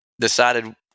decided